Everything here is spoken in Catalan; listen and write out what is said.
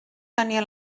tenia